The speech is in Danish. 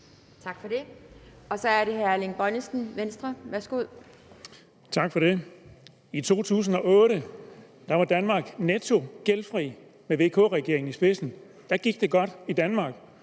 Tak for det. Så er det hr. Erling Bonnesen, Venstre, værsgo. Kl. 17:37 Erling Bonnesen (V): Tak for det. I 2008 var Danmark netto gældfri med VK-regeringen i spidsen. Da gik det godt i Danmark.